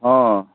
हँ